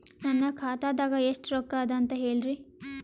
ನನ್ನ ಖಾತಾದಾಗ ಎಷ್ಟ ರೊಕ್ಕ ಅದ ಅಂತ ಹೇಳರಿ?